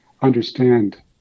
understand